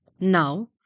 Now